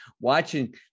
watching